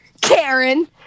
Karen